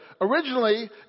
originally